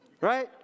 right